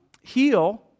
heal